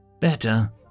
Better